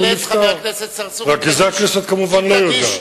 את זה, כמובן, הכנסת לא יודעת.